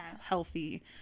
healthy